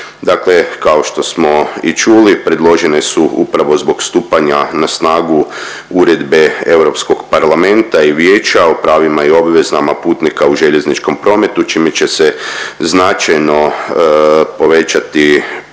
kao što smo i čuli predložene su upravo zbog stupanja na snagu uredbe Europskog parlamenta i Vijeća o pravima i obvezama putnika u željezničkom prometu čime će se značajno povećati prava